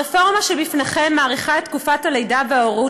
הרפורמה שבפניכם מאריכה את תקופת הלידה וההורות